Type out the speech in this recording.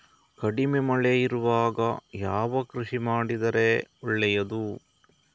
ಕಡಿಮೆ ಮಳೆ ಇರುವಾಗ ಯಾವ ಕೃಷಿ ಮಾಡಿದರೆ ಒಳ್ಳೆಯದು?